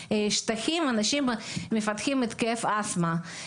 אנשים מפתחים התקף אסטמה בגלל הכלור.